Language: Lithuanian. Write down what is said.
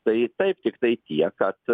tai taip tiktai tiek kad